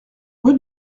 rue